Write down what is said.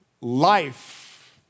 life